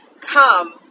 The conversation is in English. come